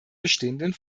bestehenden